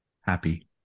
happy